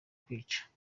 kwica